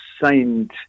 signed